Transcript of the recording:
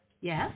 Yes